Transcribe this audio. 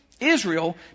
Israel